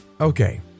Okay